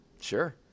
sure